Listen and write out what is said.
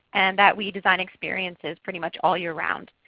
and that we design experiences pretty much all year-round.